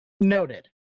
Noted